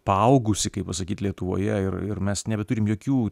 paaugusi kaip pasakyti lietuvoje ir ir mes nebeturim jokių